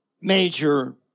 major